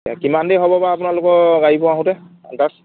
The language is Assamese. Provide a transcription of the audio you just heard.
কিমান দেৰি হ'ব বা আপোনালোকৰ গাড়ীবোৰ আহোঁতে আন্দাজ